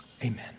amen